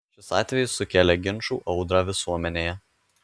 šis atvejis sukėlė ginčų audrą visuomenėje